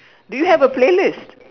do you have a playlist